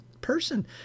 person